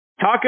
Talk